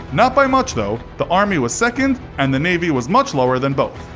not by much, though. the army was second, and the navy was much lower than both.